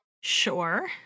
Sure